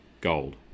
Gold